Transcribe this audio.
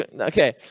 Okay